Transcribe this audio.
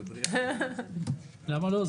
שהרבנות הראשית לא תמיד עומדת בקצב של ההסמכה.